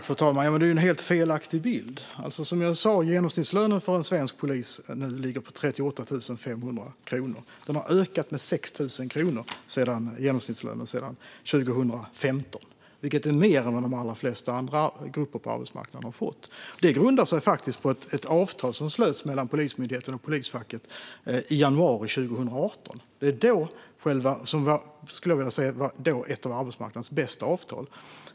Fru talman! Det är en helt felaktig bild. Som jag sa ligger genomsnittslönen för en svensk polis nu på 38 500 kronor i månaden. Genomsnittslönen har ökat med 6 000 kronor sedan 2015, vilket är mer än vad de allra flesta andra grupper på arbetsmarknaden har fått. Det grundar sig faktiskt på ett avtal som slöts mellan Polismyndigheten och polisfacket i januari 2018. Det var då ett av arbetsmarknadens bästa avtal.